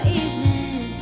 evening